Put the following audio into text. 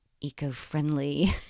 eco-friendly